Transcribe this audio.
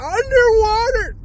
underwater